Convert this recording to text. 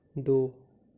दो